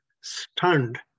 stunned